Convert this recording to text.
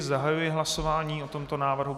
Zahajuji hlasování o tomto návrhu.